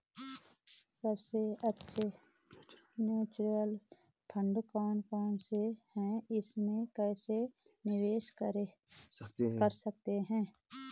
सबसे अच्छे mutual fund कौन कौनसे हैं इसमें कैसे निवेश कर सकते हैं?